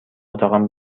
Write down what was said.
اتاقم